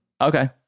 Okay